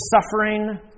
suffering